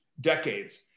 decades